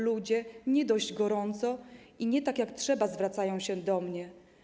Ludzie nie dość gorąco i nie tak, jak trzeba, zwracają się do mnie.